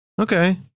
Okay